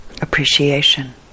appreciation